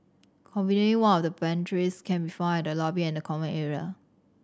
conveniently one of the pantries can be found at the lobby and common area